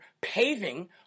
paving